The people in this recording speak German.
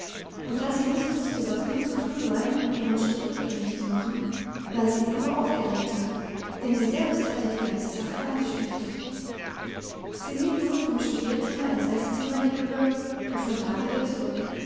und da sie nicht wusste was nun zu tun sei um ihren schritt rückgängig zu machen war sie umso aufgeregter denn sie selbst hatte die ganze sache angestiftet sie lief nun vom studierzimmer ins esszimmer hinüber und von da wieder zurück